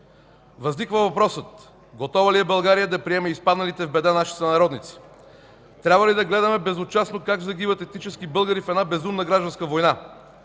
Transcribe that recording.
Възниква въпросът: готова ли е България да приеме изпадналите в беда наши сънародници? Трябва ли да гледаме безучастно как загиват етнически българи в една безумна гражданска война?!